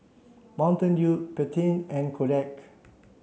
Mountain Dew Pantene and Kodak